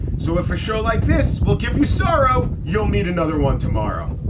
so if a show like this will give you sorrow, you'll meet another one tomorrow.